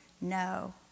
no